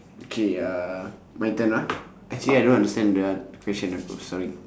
K uh my turn ah actually I don't understand that one the question ah bro sorry